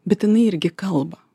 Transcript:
bet jinai irgi kalba